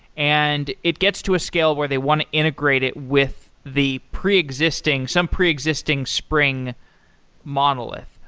and it gets to a scale where they want to integrate it with the preexisting, some preexisting spring monolith.